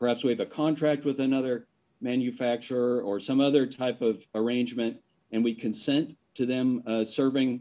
perhaps we have a contract with another manufacturer or some other type of arrangement and we consent to them serving